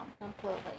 completely